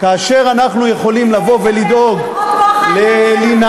כאשר אנחנו יכולים לבוא ולדאוג ללינה,